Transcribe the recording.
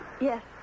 Yes